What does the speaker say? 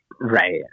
Right